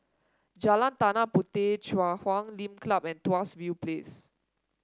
Jalan Tanah Puteh Chui Huay Lim Club and Tuas View Place